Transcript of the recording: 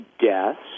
deaths